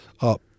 up